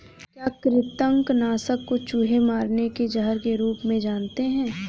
क्या कृतंक नाशक को चूहे मारने के जहर के रूप में जानते हैं?